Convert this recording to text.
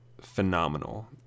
phenomenal